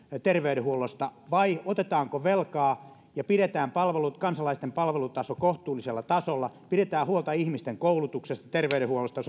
terveydenhuollosta vai otetaanko velkaa ja pidetään kansalaisten palvelutaso kohtuullisella tasolla pidetään huolta ihmisten koulutuksesta terveydenhuollosta